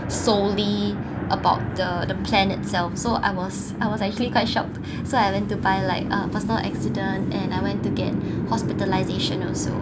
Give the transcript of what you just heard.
solely about the the plan itself so I was I was actually quite shocked so I went to buy like uh personal accident and I went to get hospitalisation also